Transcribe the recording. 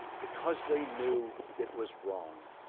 because they knew it was wrong.